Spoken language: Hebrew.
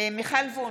מיכל וונש,